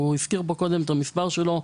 הוא הזכיר פה קודם את המספר שלו,